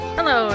Hello